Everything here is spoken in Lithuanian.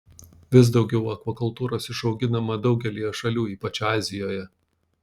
vis daugiau akvakultūros išauginama daugelyje šalių ypač azijoje